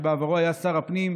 שבעברו היה שר הפנים,